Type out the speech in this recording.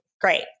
great